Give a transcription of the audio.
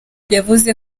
yavuze